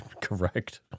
Correct